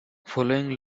following